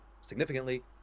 significantly